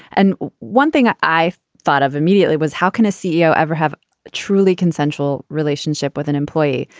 and one thing i i thought of immediately was how can a ceo ever have a truly consensual relationship with an employee.